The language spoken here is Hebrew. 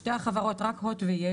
שתי החברות, רק הוט ויס